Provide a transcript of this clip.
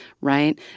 right